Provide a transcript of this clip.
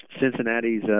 Cincinnati's